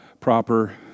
proper